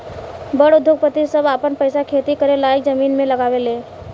बड़ उद्योगपति सभ आपन पईसा खेती करे लायक जमीन मे लगावे ले